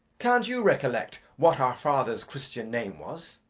can't you recollect what our father's christian name was?